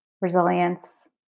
resilience